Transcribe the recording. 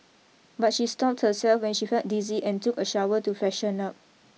but she stopped herself when she felt dizzy and took a shower to freshen up